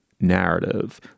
narrative